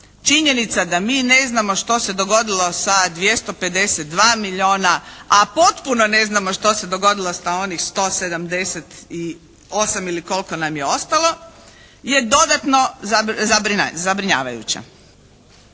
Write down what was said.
činjenica da mi ne znamo što se dogodilo sa 252 milijuna, a potpuno ne znamo što se dogodilo sa onih 178 ili koliko nam je ostalo, je dodatno zabrinjavajuća.